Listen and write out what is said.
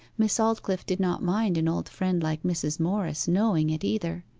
miss aldclyffe did not mind an old friend like mrs. morris knowing it, either.